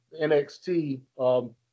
NXT